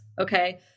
okay